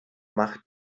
macht